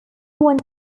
one